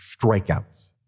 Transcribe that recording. strikeouts